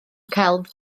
celf